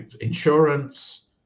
insurance